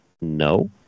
No